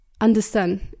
understand